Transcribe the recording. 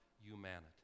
humanity